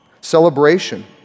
Celebration